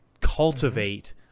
cultivate